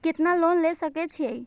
केतना लोन ले सके छीये?